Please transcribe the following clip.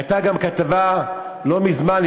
הייתה גם כתבה לא מזמן,